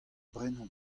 brenañ